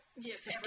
Yes